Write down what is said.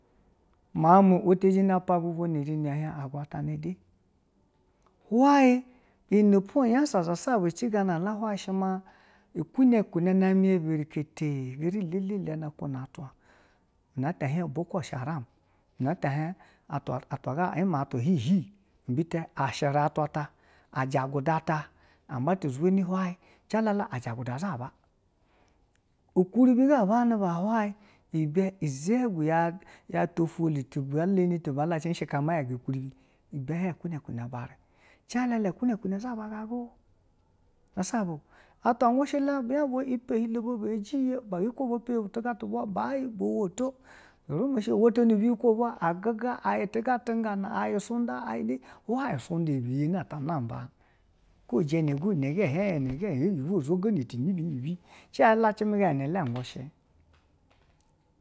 Miaun maa wedeji na pa bubwa ni rine ihien agwatana de hwayi iyi nepo unyansa zasa ba ce ganala hwayi shi ma i kuna kuna na me ya berikete geri bu lɛlɛ ya na kuna atwa na ata hien boko sha ra mu, na ata hien atwa atwa ga a ima atwa hihi bi te hire ta jaguda ta a mbe ta zheni hwaye jalala a jaguda zha ba, ukuribi ga banie b hwayi ibe uzeguya twa ifolu ti beni ti be lace ɛshe ka ma yaga ukuribi ibe hwayi i kune kune ba re. Jalala ikune kune zha ba ganagwo zha sho bo o atwa gushi la bi nyaba ɛpi o hilo bwa mbe jiye biyekwo ibwu peni bu tiga tibwa ba ya ba wotom urume shi bwo woto nu biyekwo a giga aya tga nganna, a ya isunda a ya ine ye hwayi isunda biye ne ta namba kwo jana go ina go hien ine oyebo ne yo zhogono inibi nibi cɛ yan lacime gana la gushi.